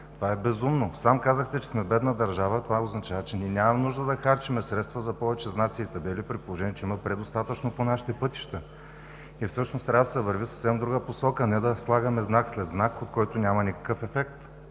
Това е безумно! Сам казахте, че сме бедна държава, това означава, че ние нямаме нужда да харчим средства за повече знаци и табели, при положение че има предостатъчно по нашите пътища. Всъщност трябва да се върви в съвсем друга посока, а не да слагаме знак след знак, от който няма никакъв ефект.